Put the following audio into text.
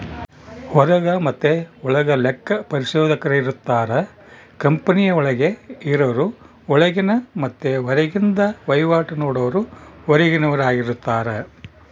ಹೊರಗ ಮತೆ ಒಳಗ ಲೆಕ್ಕ ಪರಿಶೋಧಕರಿರುತ್ತಾರ, ಕಂಪನಿಯ ಒಳಗೆ ಇರರು ಒಳಗಿನ ಮತ್ತೆ ಹೊರಗಿಂದ ವಹಿವಾಟು ನೋಡರು ಹೊರಗಿನವರಾರ್ಗಿತಾರ